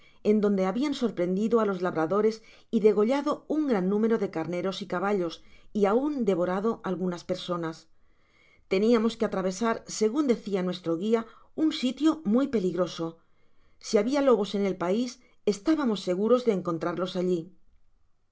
en donde habian sorprendido á los labradores y degollado un gran número de carneros y caballos y aun devorado algunas personas teniamos que atravesar segun decía nuestro guia un sitio muy peligroso si habia lobos en el pais estábamos seguros de encontrarlos allí